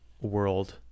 world